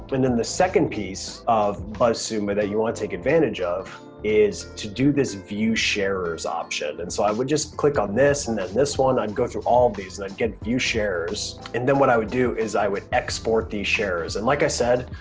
and then the second piece of buzzsumo that you wanna take advantage of is to do this view sharers option. and so i would just click on this and then this one. i'd go through all of these. and then again view sharers. and then what i would do is i would export these sharers. and like i said,